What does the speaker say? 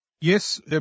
Yes